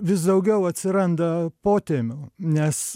vis daugiau atsiranda potemių nes